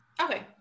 Okay